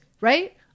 right